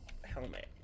helmet